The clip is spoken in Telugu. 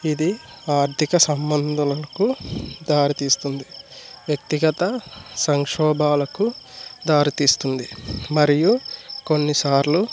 ఇది ఆర్థిక సంబంధాలకు దారితీస్తుంది వ్యక్తిగత సంక్షోభాలకు దారితీస్తుంది మరియు కొన్నిసార్లు